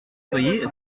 soyez